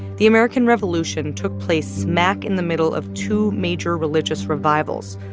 the american revolution took place smack in the middle of two major religious revivals,